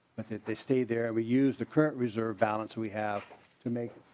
but that they stay there we use the current reserve balance we have to make.